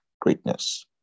greatness